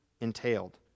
entailed